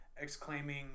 exclaiming